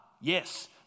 Yes